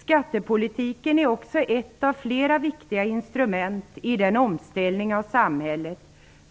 Skattepolitiken är också ett av flera viktiga instrument i den omställning av samhället